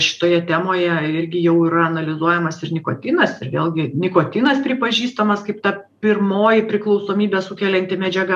šitoje temoje irgi jau yra analizuojamas ir nikotinas ir vėlgi nikotinas pripažįstamas kaip ta pirmoji priklausomybę sukelianti medžiaga